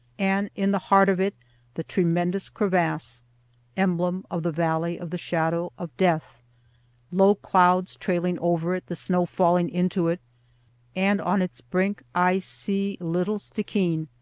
and in the heart of it the tremendous crevasse emblem of the valley of the shadow of death low clouds trailing over it, the snow falling into it and on its brink i see little stickeen,